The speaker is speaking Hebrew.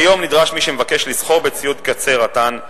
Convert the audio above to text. כיום נדרש מי שמבקש לסחור בציוד קצה רט"ן,